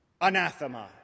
anathema